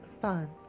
fun